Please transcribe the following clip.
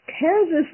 Kansas